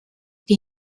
que